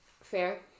fair